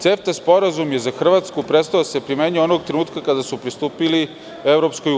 CEFTA sporazum je za Hrvatsku prestao da se primenjuje onog trenutka kada su pristupili EU.